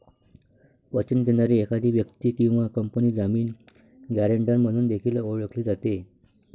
वचन देणारी एखादी व्यक्ती किंवा कंपनी जामीन, गॅरेंटर म्हणून देखील ओळखली जाते